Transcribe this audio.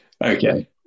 Okay